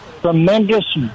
tremendous